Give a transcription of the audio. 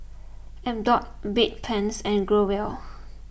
Abbott Bedpans and Growell